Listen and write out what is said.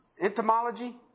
entomology